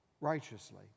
righteously